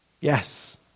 Yes